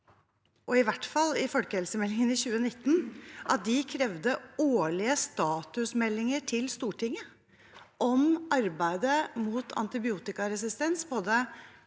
i forbindelse med folkehelsemeldingen i 2019, at de krevde årlige statusmeldinger til Stortinget om arbeidet mot antibiotikaresistens, både